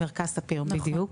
מרכז ספיר, בדיוק.